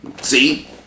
See